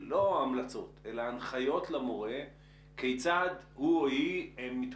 לא של המלצות אלא הנחיות למורה כיצד הוא או היא מתכוננים